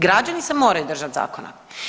Građani se moraju držati zakona.